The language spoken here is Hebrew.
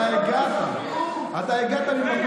אתה הגעת ממקום,